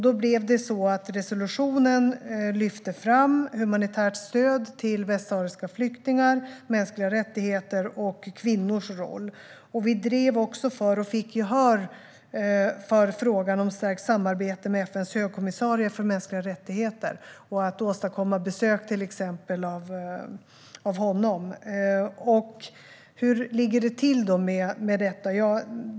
Då blev det så att resolutionen lyfte fram humanitärt stöd till västsahariska flyktingar, mänskliga rättigheter och kvinnors roll. Vi drev också och fick gehör för frågan om stärkt samarbete med FN:s högkommissarie för mänskliga rättigheter och att åstadkomma besök till exempel av honom. Hur ligger det då till med detta?